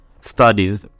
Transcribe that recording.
studies